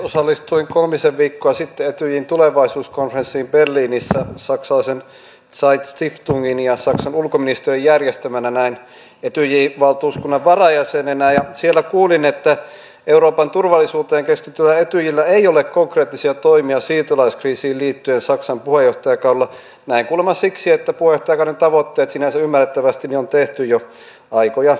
osallistuin kolmisen viikkoa sitten etyjin tulevaisuuskonferenssiin berliinissä saksalaisen zeit stiftungin ja saksan ulkoministeriön järjestämänä näin etyj valtuuskunnan varajäsenenä ja siellä kuulin että euroopan turvallisuuteen keskittyvällä etyjillä ei ole konkreettisia toimia siirtolaiskriisiin liittyen saksan puheenjohtajakaudella näin kuulemma siksi että puheenjohtajakauden tavoitteet sinänsä ymmärrettävästi on tehty jo aikoja sitten